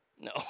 No